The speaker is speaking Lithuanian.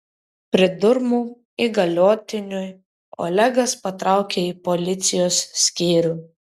pridurmu įgaliotiniui olegas patraukė į policijos skyrių